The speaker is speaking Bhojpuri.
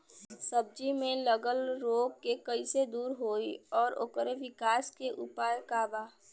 सब्जी में लगल रोग के कइसे दूर होयी और ओकरे विकास के उपाय का बा?